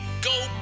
Go